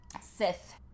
Sith